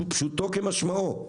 פשוטו כמשמעו.